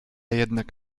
jednak